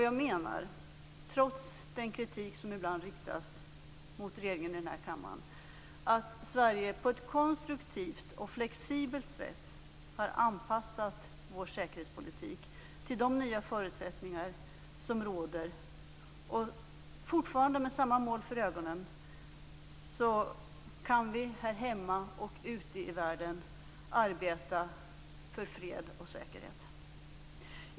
Jag menar att vi i Sverige, trots den kritik som ibland riktas mot regeringen i denna kammare, på ett konstruktivt och flexibelt sätt har anpassat vår säkerhetspolitik till de nya förutsättningar som råder. Vi kan fortfarande, med samma mål för ögonen, arbeta för fred och säkerhet här hemma och ute i världen.